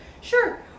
Sure